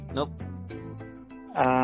Nope